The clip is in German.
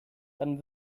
dann